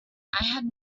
had